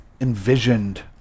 envisioned